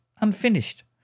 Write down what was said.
unfinished